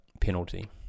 Penalty